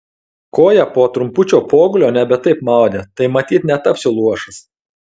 koją po trumpučio pogulio nebe taip maudė tai matyt netapsiu luošas